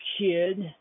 kid